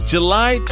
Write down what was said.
July